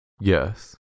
Yes